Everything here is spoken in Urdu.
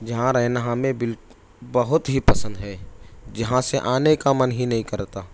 جہاں رہنا ہمیں بالکل بہت ہی پسند ہے جہاں سے آنے کا من ہی نہیں کرتا